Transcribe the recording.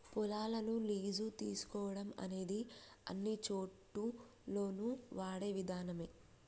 పొలాలను లీజు తీసుకోవడం అనేది అన్నిచోటుల్లోను వాడే విధానమే